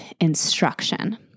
instruction